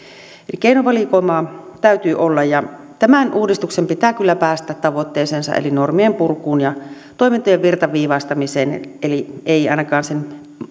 eli keinovalikoimaa täytyy olla ja tämän uudistuksen pitää kyllä päästä tavoitteeseensa eli normien purkuun ja toimintojen virtaviivaistamiseen eli ei ei ainakaan niiden